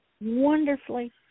wonderfully